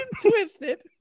twisted